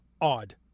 odd